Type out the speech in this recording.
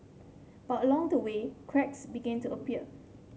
but along the way cracks began to appear